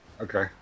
okay